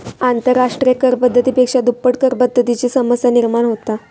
आंतरराष्ट्रिय कर पद्धती पेक्षा दुप्पट करपद्धतीची समस्या निर्माण होता